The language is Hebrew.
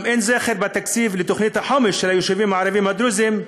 גם אין זכר בתקציב לתוכנית החומש של היישובים הערביים הדרוזיים.